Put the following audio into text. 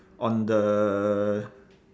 on the